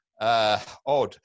odd